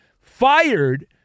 fired